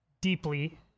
deeply